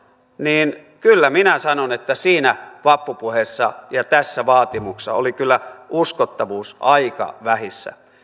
niin kyllä minä sanon että siinä vappupuheessa ja tässä vaatimuksessa oli kyllä uskottavuus aika vähissä